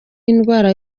indwara